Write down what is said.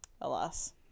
alas